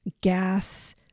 gas